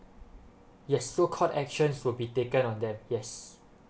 yes so court actions will be taken on them yes